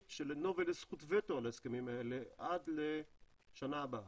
שלנובל יש זכות וטו על ההסכמים האלה עד לשנה הבאה.